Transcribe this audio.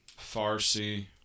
Farsi